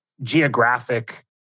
geographic